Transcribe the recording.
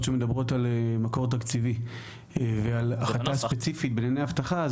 שמדברות על מקור תקציבי ועל החלטה ספציפית בענייני אבטחה,